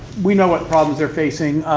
we know what problems they're facing,